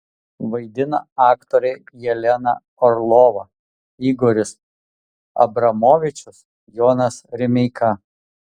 vaidina aktoriai jelena orlova igoris abramovičius jonas rimeika